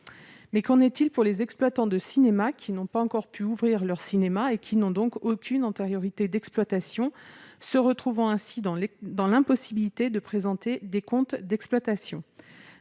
Mais qu'en est-il pour les exploitants de cinéma qui n'ont pas encore pu ouvrir leur cinéma et qui n'ont donc aucune antériorité d'exploitation, se retrouvant dans l'impossibilité de présenter des comptes d'exploitation ?